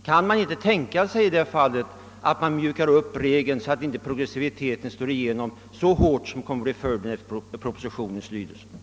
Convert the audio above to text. Kan man inte tänka sig att mjuka upp reglerna, så att inte progressiviteten slår igenom så hårt som den kommer att göra efter genomförandet av det framlagda förslaget?